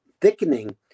thickening